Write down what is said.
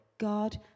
God